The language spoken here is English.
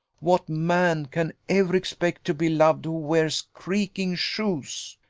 what man can ever expect to be loved who wears creaking shoes?